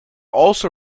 also